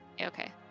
Okay